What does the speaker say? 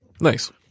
Nice